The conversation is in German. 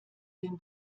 den